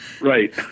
Right